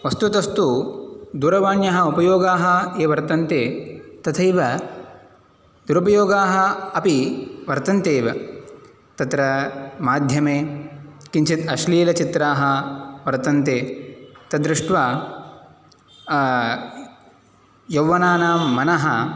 वस्तुतस्तु दूरवाण्याः उपयोगाः ये वर्तन्ते तथैव दुरुपयोगाः वर्तन्ते एव तत्र माध्यमे किञ्चित् अश्लीलचित्राः वर्तन्ते तद्दृष्ट्वा यौवनानां मनः